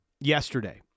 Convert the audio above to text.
yesterday